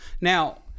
Now